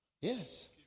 Yes